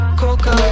coca